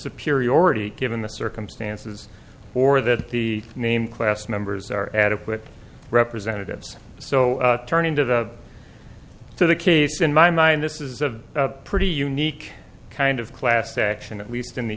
already given the circumstances or that the name class members are adequate representatives so turning to the to the case in my mind this is a pretty unique kind of class action at least in the